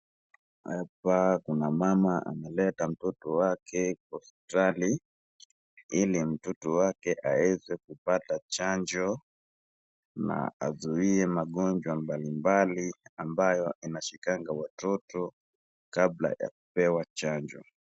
Hapa kuna mama ameleta mtoto wake kwa hospitali ili mtoto wake aeze kupata chanjo na azuie magonjwa mbali mbali ambayo inashikanga watoto kabla ya kupewa chanjo.